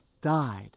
died